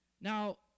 Now